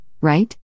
right